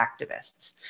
activists